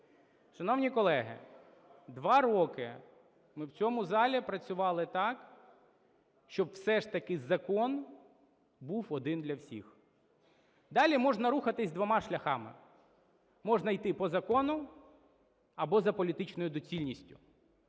Шановні колеги, два роки ми в цьому залі працювали так, щоб все ж таки закон був один для всіх. Далі можна рухатися двома шляхами: можна йти по закону або за політичною доцільністю.